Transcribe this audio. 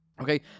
Okay